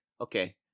Okay